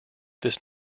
this